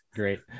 great